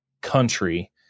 country